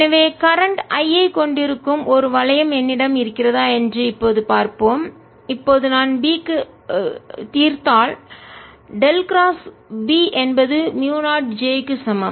எனவே current I ஐக் கொண்டிருக்கும் ஒரு வளையம் என்னிடம் இருக்கிறதா என்று இப்போது பார்ப்போம் இப்போது நான் B க்கு தீர்த்தால் டெல் கிராஸ் B என்பது மூயு 0 J க்கு சமம்